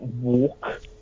walk